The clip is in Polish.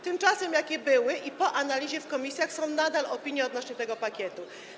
Tymczasem jakie były i po analizie w komisjach nadal są opinie odnośnie do tego pakietu?